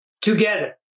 together